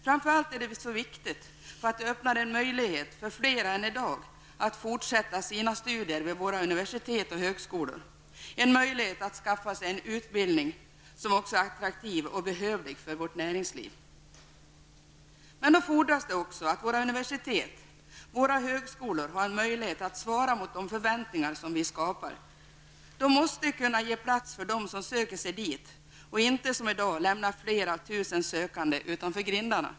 Framför allt är det mycket viktigt därför att fler än som i dag har denna möjlighet kan fortsätta sina studier vid våra universitet och högskolor. Det innebär en möjlighet att skaffa sig en utbildning som också är attraktiv och behövlig vad gäller näringslivet. Men då fordras det också att våra universitet och högskolor har möjlighet att svara mot de förväntningar som vi skapar. Universiteten och högskolorna måste kunna ge dem plats som söker sig dit. Det får inte vara som det är i dag, dvs. att flera tusen sökande lämnas utanför grindarna.